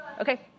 Okay